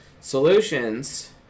solutions